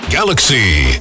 Galaxy